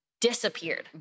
disappeared